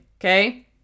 Okay